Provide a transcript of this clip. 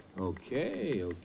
Okay